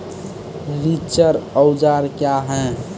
रिचर औजार क्या हैं?